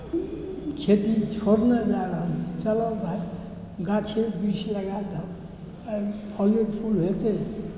खेती छोड़ने जा रहल छै चलऽ भाई गाछे वृक्ष लगा दहक एहि फले फुल हेतै